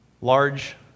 large